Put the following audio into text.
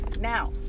Now